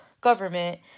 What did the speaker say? government